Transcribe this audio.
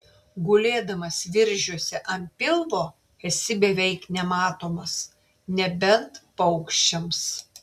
gulėdamas viržiuose ant pilvo esi beveik nematomas nebent paukščiams